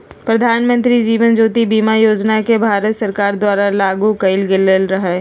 प्रधानमंत्री जीवन ज्योति बीमा योजना के भारत सरकार द्वारा लागू कएल गेलई र